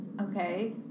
okay